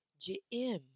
J-M